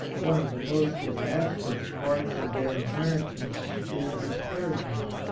one of the most disastrous parts of their inherit ance is discouragement.